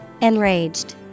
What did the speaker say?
Enraged